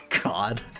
God